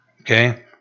Okay